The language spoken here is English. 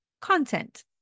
content